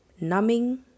numbing